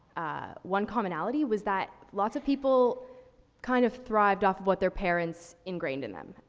ah, one commonality, was that lots of people kind of thrived off of what their parents ingrained in them.